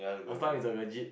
last time is strategy